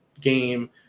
Game